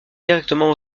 directement